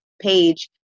page